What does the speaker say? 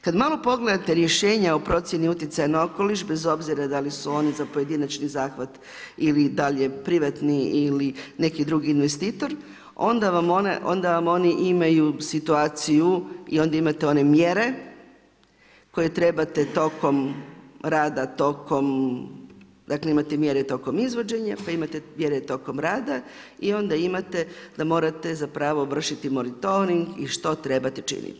Kad malo pogledate rješenja o procjeni utjecaja na okoliš, bez obzira da li su oni za pojedinačni zahvat ili da je li je privatni ili neki drugi investitor, onda vam oni imaju situaciju i onda imate one mjere koje trebate tokom rada, dakle, imate mjere tokom izvođenja, pa imate mjere tokom rada i onda imate, da morate zapravo vršiti monitoring i što trebate činiti.